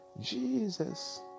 Jesus